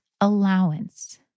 allowance